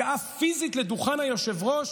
הגעה פיזית לשולחן היושב-ראש?